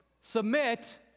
Submit